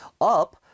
Up